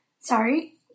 Sorry